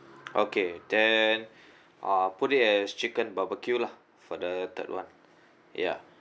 okay then uh put it as chicken barbecue lah for the third [one] ya